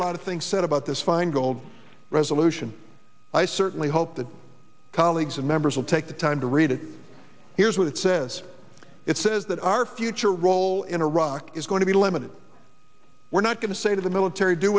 a lot of things said about this feingold resolution i certainly hope that colleagues and members will take the time to read it here's what it says it says that our future role in iraq is going to be limited we're not going to say to the military do